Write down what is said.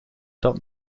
dat